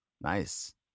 Nice